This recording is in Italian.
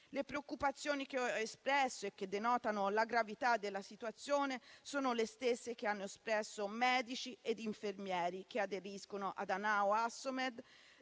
Le preoccupazioni che ho espresso e che denotano la gravità della situazione sono le stesse che hanno espresso medici e infermieri che aderiscono ad Anaao Assomed,